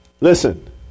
listen